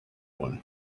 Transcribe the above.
one